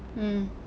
mm